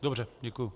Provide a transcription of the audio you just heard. Dobře, děkuji.